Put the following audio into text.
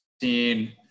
seen